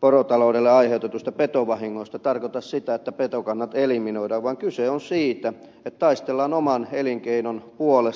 porotaloudelle aiheutuneista petovahingoista tarkoita sitä että petokannat eliminoidaan vaan kyse on siitä että taistellaan oman elinkeinon puolesta